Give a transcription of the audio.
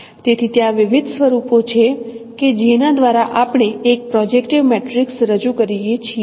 તેથી ત્યાં વિવિધ સ્વરૂપો છે કે જેના દ્વારા આપણે એક પ્રોજેક્ટીવ મેટ્રિક્સ રજૂ કરીએ છીએ